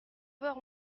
heures